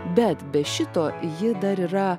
bet be šito ji dar yra